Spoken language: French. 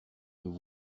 nous